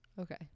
Okay